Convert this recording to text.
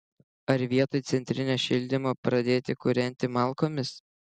ar vietoj centrinio šildymo pradėti kūrenti malkomis